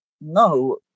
no